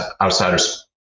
outsider's